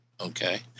Okay